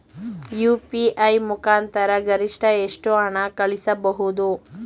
UPI ಮುಖಾಂತರ ಗರಿಷ್ಠ ಎಷ್ಟು ಹಣ ಕಳಿಸಬಹುದು?